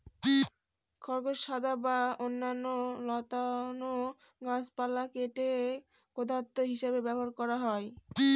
খড়ের গাদা বা অন্যান্য লতানো গাছপালা কেটে গোখাদ্য হিসাবে ব্যবহার করা হয়